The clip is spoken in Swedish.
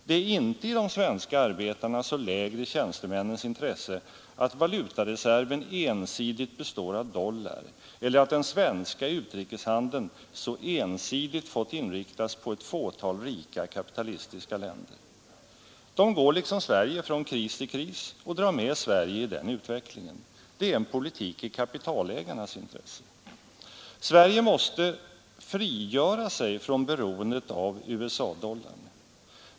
Det är inte i de svenska arbetarnas och lägre tjänstemännens intresse att valutareserven ensidigt består av dollar eller att den svenska utrikeshandeln så ensidigt fått inriktas på ett fåtal rika kapitalistiska länder. De går liksom Sverige från kris till kris och drar med Sverige i den utvecklingen. Det är en politik i kapitalägarnas intresse. Sverige måste frigöra sig från beroendet av USA-dollarn.